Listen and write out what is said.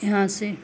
यहाँ से